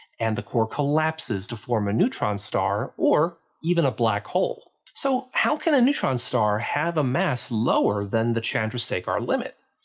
and the core collapses to form a neutron star or even a black hole. so how can a neutron star have a mass lower than the chandrasekhar limit?